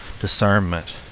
discernment